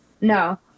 no